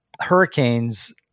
Hurricanes